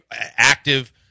active